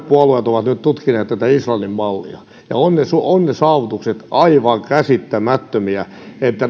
puolueet ovat nyt tutkineet tätä islannin mallia ja ovat ne saavutukset aivan käsittämättömiä että